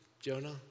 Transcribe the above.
Jonah